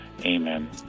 Amen